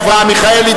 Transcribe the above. אברהם מיכאלי,